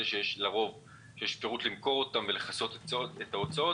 שיש אפשרות למכור אותם ולכסות את ההוצאות.